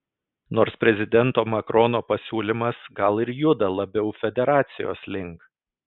nors prezidento macrono pasiūlymas gal ir juda labiau federacijos link